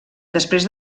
després